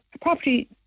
property